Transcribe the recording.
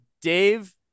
Dave